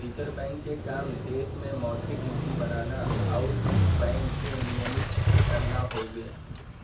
reserve bank क काम देश में मौद्रिक नीति बनाना आउर बैंक के नियमित करना हउवे